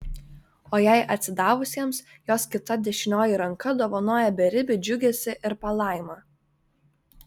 o jai atsidavusiems jos kita dešinioji ranka dovanoja beribį džiugesį ir palaimą